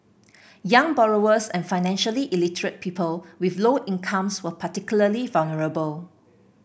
young borrowers and financially illiterate people with low incomes were particularly vulnerable